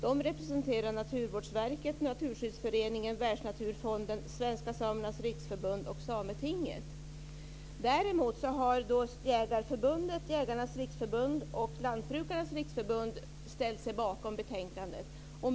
Det är Naturvårdsverket, Naturskyddsföreningen, Världsnaturfonden, Svenska Samernas Riksförbund och Sametinget. Däremot har Jägareförbundet, Jägarnas Riksförbund och Lantbrukarnas Riksförbund ställt sig bakom betänkandet.